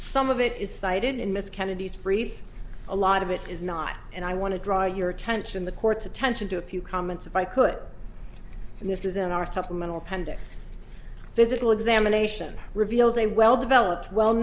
some of it is cited in miss kennedy's brief a lot of it is not and i want to draw your attention the court's attention to a few comments if i could and this is in our supplemental appendix physical examination reveals a well developed well